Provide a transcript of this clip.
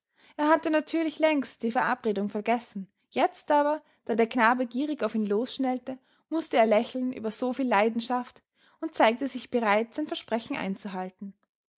er hatte natürlich längst die verabredung vergessen jetzt aber da der knabe gierig auf ihn losschnellte mußte er lächeln über soviel leidenschaft und zeigte sich bereit sein versprechen einzuhalten